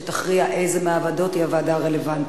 שתכריע איזו מהוועדות היא הוועדה הרלוונטית.